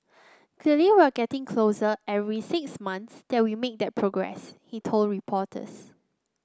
clearly we're getting closer every six months that we make that progress he told reporters